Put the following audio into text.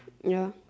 ya